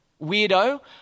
weirdo